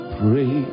pray